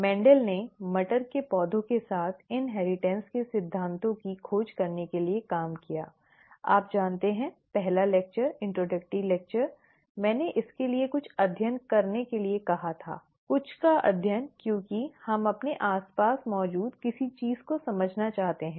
Mendel ने मटर के पौधों के साथ इनहेरिटेंस के सिद्धांतों की खोज करने के लिए काम किया आप जानते हैं पहला लेक्चर परिचयात्मक लेक्चर मैंने इसके लिए कुछ अध्ययन करने के लिए कहा था कुछ का अध्ययन क्योंकि हम अपने आस पास मौजूद किसी चीज़ को समझना चाहते हैं